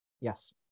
Yes